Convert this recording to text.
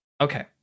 Okay